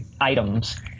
items